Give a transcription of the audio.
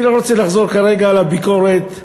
אני לא רוצה לחזור כרגע על הביקורת שהממשלה,